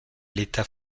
l’état